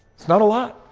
it's not a lot.